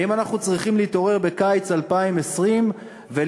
האם אנחנו צריכים להתעורר בקיץ 2020 ולמצוא